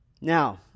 Now